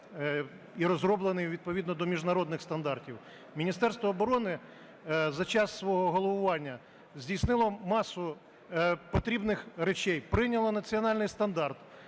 Міністерство оборони за час свого голосування здійснило масу потрібних речей. Прийняло національний стандарт.